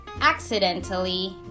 accidentally